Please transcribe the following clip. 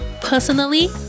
Personally